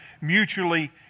mutually